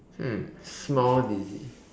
hmm small decision